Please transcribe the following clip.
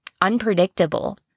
unpredictable